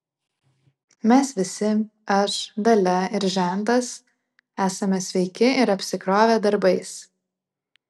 mes visi aš dalia ir žentas esame sveiki ir apsikrovę darbais